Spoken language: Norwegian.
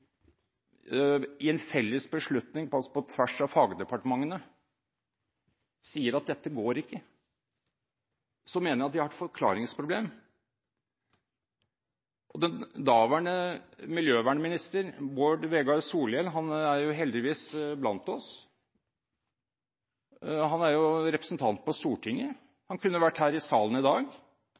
i en felles beslutning – på tvers av fagdepartementene – sier at dette ikke går, så mener jeg de har et forklaringsproblem. Den daværende miljøvernminister Bård Vegar Solhjell er heldigvis blant oss. Han er representant på Stortinget, han kunne vært her i salen i dag